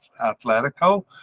Atletico